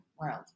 world